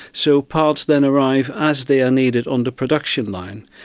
so parts then arrive as they are needed on the production line.